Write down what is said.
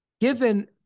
given